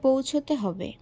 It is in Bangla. পৌঁছতে হবে